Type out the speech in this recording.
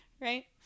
Right